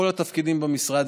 כל התפקידים במשרד,